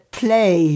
play